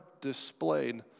displayed